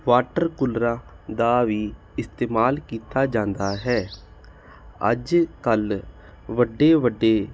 water ਕੂਲਰਾਂ ਦਾ ਵੀ ਇਸਤੇਮਾਲ ਕੀਤਾ ਜਾਂਦਾ ਹੈ ਅੱਜ ਕੱਲ ਵੱਡੇ ਵੱਡੇ